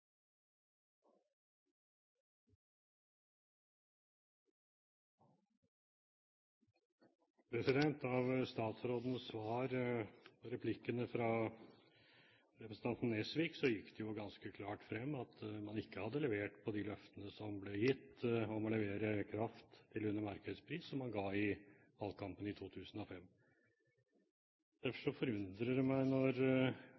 framover. Av statsrådens svar på replikkene fra representanten Nesvik gikk det jo ganske klart frem at man ikke hadde levert på de løftene som ble gitt om å levere kraft til under markedspris, som man ga i valgkampen i 2005. Derfor forundrer det meg når